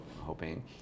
hoping